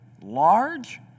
large